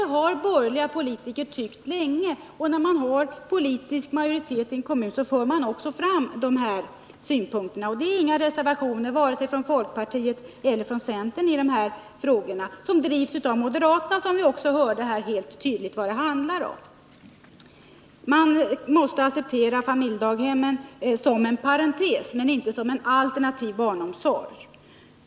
Borgerliga politiker har gjort detta länge, och när man har politisk majoritet i en kommun förs också dessa synpunkter fram. När det gäller dessa frågor finns inga reservationer vare sig från folkpartiet eller från centern. Frågorna drivs av moderaterna, och vi hörde också helt tydligt vad det handlar om. Man måste acceptera familjedaghemmen som en parentes men inte som en alternativ barnomsorg.